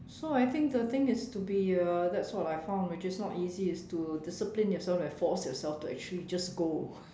so I think the thing is to be uh that's what I found which is not easy is to to discipline and force yourself and actually just go